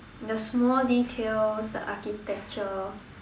the small details the architecture